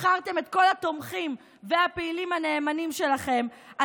מכרתם את כל התומכים והפעילים הנאמנים שלכם,